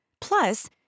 Plus